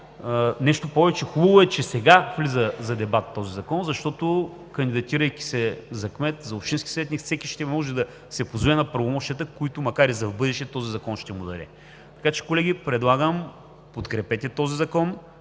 Нещо повече, хубаво е, че сега влиза за дебат този закон, защото, кандидатирайки се за кмет, общински съветник, всеки ще може да се позове на правомощията, които, макар и за в бъдеще, този закон ще му даде. Така че, колеги, подкрепете този закон.